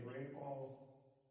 rainfall